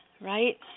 Right